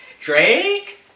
Drake